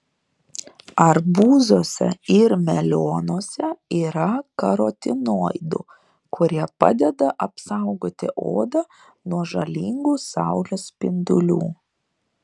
arbūzuose ir melionuose yra karotinoidų kurie padeda apsaugoti odą nuo žalingų saulės spindulių